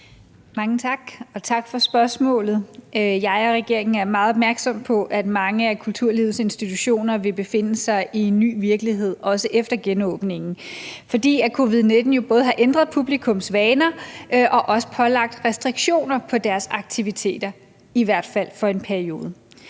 Mange tak. Og tak for spørgsmålet. Jeg og regeringen er meget opmærksomme på, at mange af kulturlivets institutioner vil befinde sig i en ny virkelighed også efter genåbningen, fordi covid-19 jo både har ændret publikums vaner og også pålagt restriktioner for deres aktiviteter, i hvert fald for en periode.